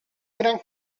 gran